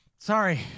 Sorry